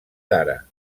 ara